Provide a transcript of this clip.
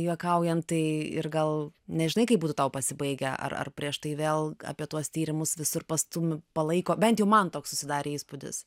juokaujant tai ir gal nežinai kaip būtų tau pasibaigę ar ar prieš tai vėl apie tuos tyrimus visur pastum palaiko bent jau man toks susidarė įspūdis